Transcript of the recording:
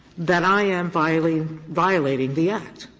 then i am violating violating the act.